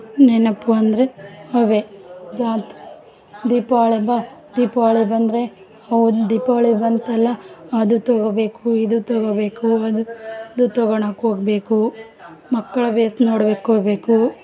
ನೆನಪು ಅಂದರೆ ಅವೆ ಜಾತ್ರೆ ದೀಪಾವಳಿ ಹಬ್ಬ ದೀಪಾವಳಿ ಬಂದರೆ ಒಂದು ದೀಪಾವಳಿ ಬಂತಲ್ಲ ಅದು ತೊಗೋಬೇಕು ಇದು ತೊಗೋಬೇಕು ಅದು ಇದು ತಗೋಳೋಕ್ ಹೋಗ್ಬೇಕು ಮಕ್ಳು ವೇಷ ನೋಡ್ಬೇಕು ಹೋಬೇಕು